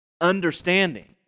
understanding